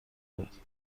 داد